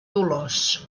dolors